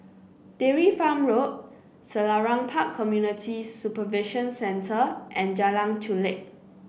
Dairy Farm Road Selarang Park Community Supervision Centre and Jalan Chulek